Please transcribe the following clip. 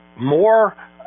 more